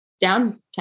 downtown